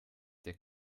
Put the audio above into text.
der